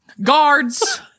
Guards